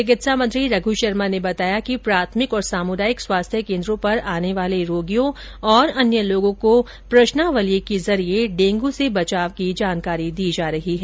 चिकित्सा मंत्री रघु शर्मा ने बताया कि प्राथमिक और सामुदायिक स्वास्थ्य कोन्द्रों पर आने वाले रोगियों और अन्य लोगों को प्रश्नावली के जरिये डेंगू से बचाव की जानकारी दी जा रही है